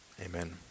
Amen